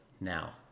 now